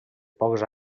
pocs